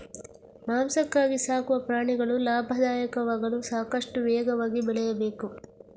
ಮಾಂಸಕ್ಕಾಗಿ ಸಾಕುವ ಪ್ರಾಣಿಗಳು ಲಾಭದಾಯಕವಾಗಲು ಸಾಕಷ್ಟು ವೇಗವಾಗಿ ಬೆಳೆಯಬೇಕು